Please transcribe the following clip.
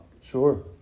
sure